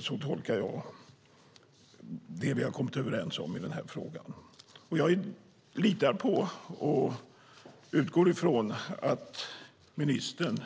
Så tolkar jag att vi har kommit överens i frågan. Jag litar på och utgår från att ministern